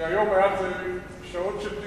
והיום היה דיון של שעות,